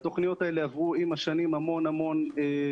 התוכניות האלה עברו עם השנים המון התאמות.